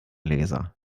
leser